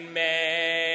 man